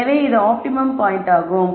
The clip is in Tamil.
எனவே இது ஆப்டிமம் பாயின்ட்டாகும்